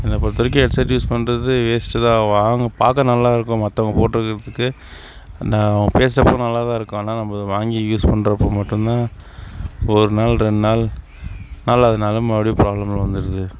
என்னை பொறுத்தவரைக்கும் headset use பண்ணுறது வேஸ்ட் தான் வாங்க பார்க்க நல்லா இருக்கும் மற்றவங்க போட்டுக்கிறதுக்கு அவங்க பேசுகிறப்ப நல்லாதான் இருக்கும் ஆனால் நம்ம அதை வாங்கி யூஸ் பண்ணுறப்ப மட்டுந்தான் ஒரு நாள் ரெண்டு நாள் நாலாவது நாலு மறுபடியும் ப்ராப்ளம் வந்துடுது